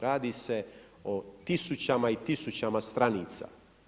Radi se o tisućama i tisućama stranica.